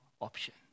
option